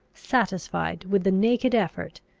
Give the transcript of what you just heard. satisfied with the naked effort,